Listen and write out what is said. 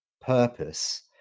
purpose